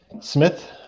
Smith